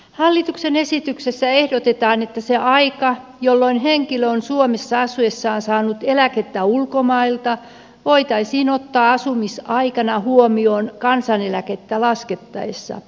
hallituksen esityksessä ehdotetaan että se aika jolloin henkilö on suomessa asuessaan saanut eläkettä ulkomailta voitaisiin ottaa asumisaikana huomioon kansaneläkettä laskettaessa